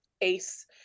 ACE